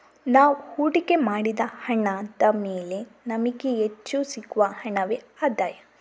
ನಾವು ಹೂಡಿಕೆ ಮಾಡಿದ ಹಣದ ಮೇಲೆ ನಮಿಗೆ ಹೆಚ್ಚು ಸಿಗುವ ಹಣವೇ ಆದಾಯ